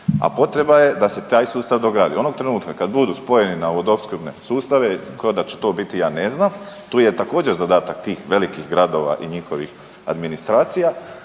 a potreba je da se taj sustav dogradi. Onog trenutka kad budu spojeni na vodoopskrbne sustave, kada će to biti ja ne znam, to je također zadatak tih velikih gradova i njihovih administracija,